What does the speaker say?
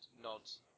nods